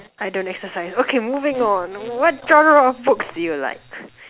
I don't exercise okay moving on what genre of books do you like